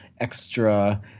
extra